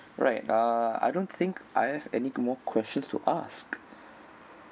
right uh I don't think I have any more questions to ask